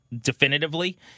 definitively